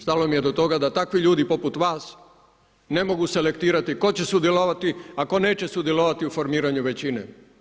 Stalo mi je do toga da takvi ljudi poput vas ne mogu selektirati tko će sudjelovati a tko neće sudjelovati u formiranju većine.